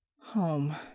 Home